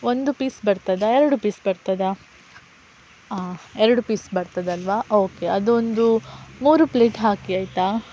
ಒಂದು ಪೀಸ್ ಬರ್ತದಾ ಎರಡು ಪೀಸ್ ಬರ್ತದಾ ಹಾಂ ಎರಡು ಪೀಸ್ ಬರ್ತದಲ್ಲವಾ ಓಕೆ ಅದೊಂದು ಮೂರು ಪ್ಲೇಟ್ ಹಾಕಿ ಆಯಿತಾ